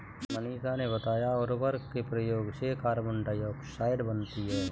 मनीषा ने बताया उर्वरक के प्रयोग से कार्बन डाइऑक्साइड बनती है